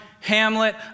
hamlet